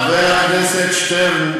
חבר הכנסת שטרן,